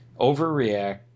overreact